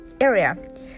area